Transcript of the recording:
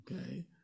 Okay